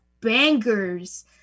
bangers